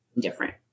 different